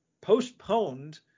postponed